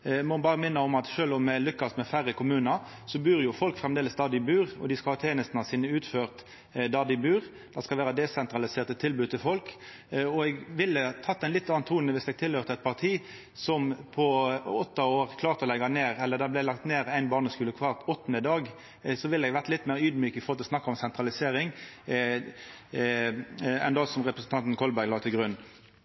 må berre minna om at sjølv om me lykkast med færre kommunar, så bur jo folk framleis der dei bur, og dei skal ha tenestene sine utførte der dei bur. Det skal vera desentraliserte tilbod til folk. Eg ville teke ein litt annan tone viss eg tilhøyrde eit parti som på åtte år bidrog til at det vart lagt ned éin barneskule kvar åttande dag. Då ville eg vore litt meir audmjuk når det gjeld å snakka om sentralisering enn det